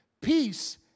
Peace